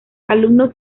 alumnos